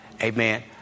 Amen